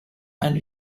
and